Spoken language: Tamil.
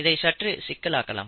இதை சற்று சிக்கலாக்கலாம்